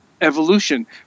evolution